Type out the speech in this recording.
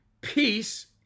peace